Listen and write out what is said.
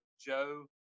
Joe